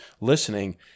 listening